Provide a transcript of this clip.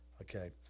okay